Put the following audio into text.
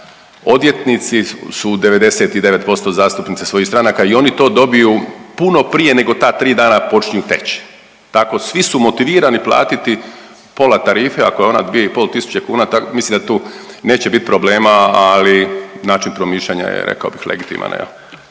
odvjetnici su 99% zastupnici svojih stranaka i oni to dobiju puno prije nego ta 3 dana počinju teći. Tako svi su motivirani platiti pola tarife ako je ona 2,5 tisuće kuna mislim da tu neće biti problema, ali način promišljanja je rekao bih legitiman